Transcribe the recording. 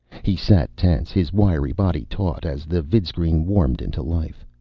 he sat tense, his wiry body taut, as the vidscreen warmed into life.